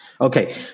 Okay